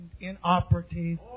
inoperative